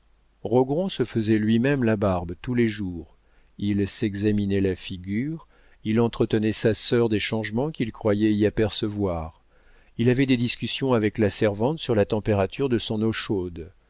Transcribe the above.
se faisait lui-même la barbe tous les jours il s'examinait la figure il entretenait sa sœur des changements qu'il croyait y apercevoir il avait des discussions avec la servante sur la température de son eau chaude